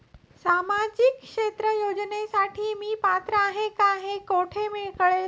सामाजिक क्षेत्र योजनेसाठी मी पात्र आहे का हे कुठे कळेल?